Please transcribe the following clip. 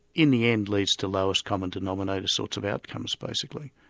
in the end, leads to lowest common denominator sorts of outcomes, basically.